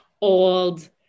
old